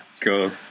cool